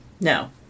No